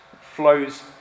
flows